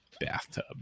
bathtub